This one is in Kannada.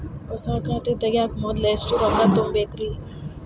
ಹೊಸಾ ಖಾತೆ ತಗ್ಯಾಕ ಮೊದ್ಲ ಎಷ್ಟ ರೊಕ್ಕಾ ತುಂಬೇಕ್ರಿ?